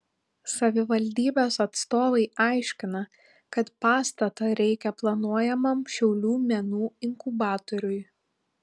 savivaldybės atstovai aiškina kad pastato reikia planuojamam šiaulių menų inkubatoriui